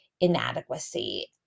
inadequacy